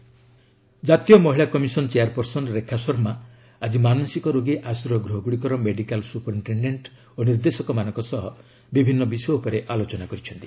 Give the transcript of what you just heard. NCW meeting ଜାତୀୟ ମହିଳା commission chairperson Rekha Sharma ଆଜି ମାନସିକ ରୋଗୀ ଆଶ୍ରୟ ଗୃହଗୁଡ଼ିକର ମେଡିକାଲ୍ ସୁପିରଟେଶ୍ଡେଣ୍ଟ ଓ ନିର୍ଦ୍ଦେଶକମାନଙ୍କ ସହ ବିଭିନ୍ନ ବିଷୟ ଉପରେ ଆଲୋଚନା କରିଛନ୍ତି